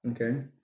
Okay